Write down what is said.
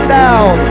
down